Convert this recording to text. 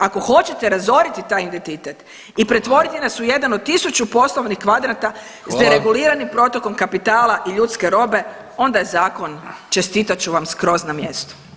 Ako hoćete razoriti taj identitet i pretvoriti nas u jedan od tisuću poslovnih kvadrata s nereguliranim protokom kapitala i ljudske robe onda je zakon, čestitat ću vam, skroz na mjestu.